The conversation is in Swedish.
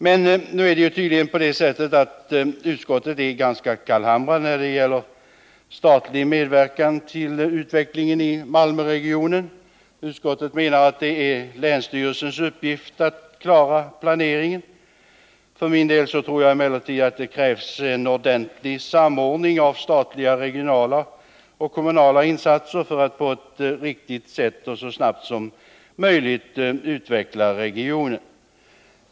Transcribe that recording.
Men nu är det tydligen på det sättet att utskottet är ganska kallhamrat när det gäller statlig medverkan till utvecklingen i Malmöregionen. Utskottet menar att det är länsstyrelsens uppgift att klara planeringen. För min del tror jag emellertid att det krävs en ordentlig samordning av statliga, regionala och kommunala insatser för att på ett riktigt sätt och så snabbt som möjligt utveckla regionen.